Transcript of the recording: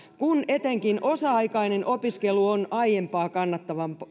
kun etenkin osa aikainen opiskelu on aiempaa